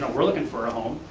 ah we're looking for a home.